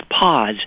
pause